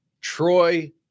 Troy